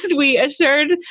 we assured.